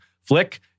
Flick